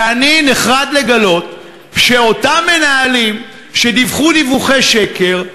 ואני נחרד לגלות שאותם מנהלים שדיווחו דיווחי שקר,